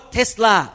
Tesla